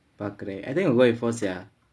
பார்க்கிறேன்:paarkkiraen I think I go sia